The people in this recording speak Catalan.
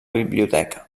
biblioteca